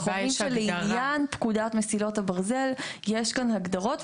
לעניין פקודת מסילות הברזל יש כאן הגדרות,